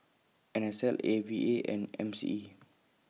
N S L A V A and M C E